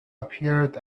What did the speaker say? appeared